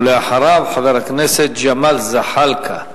ואחריו חבר הכנסת ג'מאל זחאלקה.